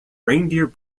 reindeer